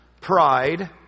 Pride